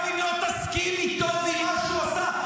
גם אם לא תסכים איתו ועם מה שהוא עשה.